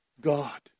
God